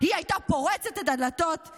היא הייתה פורצת את הדלתות,